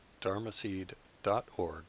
dharmaseed.org